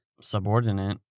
subordinate